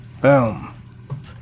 Boom